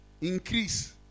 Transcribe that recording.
increase